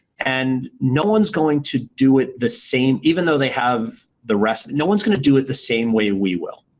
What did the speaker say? and no one's going to do it the same. even though they have the recipe, no one's going to do it the same way we will.